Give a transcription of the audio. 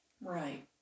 Right